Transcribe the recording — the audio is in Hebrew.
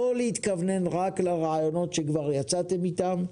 לא להתכוונן רק לרעיונות שכבר יצאתם איתם,